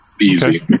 easy